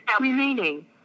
remaining